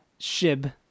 SHIB